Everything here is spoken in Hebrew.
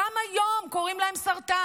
גם היום, קוראים להם "סרטן".